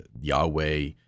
Yahweh